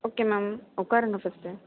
okay ma'am உட்காருங்க first